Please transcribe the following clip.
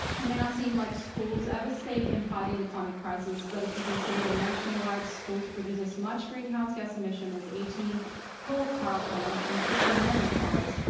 i mean seem like schools have a stake in fighting the climate crisis, but if you consider and nationwide, schools produce as much greenhouse gas emission as eighteen coal power plants and fifteen million cars,